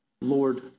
Lord